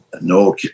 no